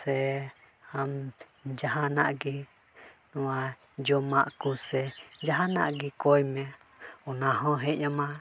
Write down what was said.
ᱥᱮ ᱟᱢ ᱡᱟᱦᱟᱱᱟᱜ ᱜᱮ ᱱᱚᱣᱟ ᱡᱚᱢᱟᱜ ᱠᱚ ᱥᱮ ᱡᱟᱦᱟᱱᱟᱜ ᱜᱮ ᱠᱚᱭ ᱢᱮ ᱚᱱᱟᱦᱚᱸ ᱦᱮᱡ ᱟᱢᱟ